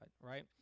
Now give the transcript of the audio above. right